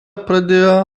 pradėjo